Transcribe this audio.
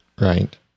Right